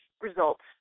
results